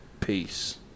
peace